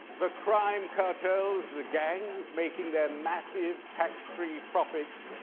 the crime cartels, the gangs, making their massive tax-free profits,